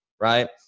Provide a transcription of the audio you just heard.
right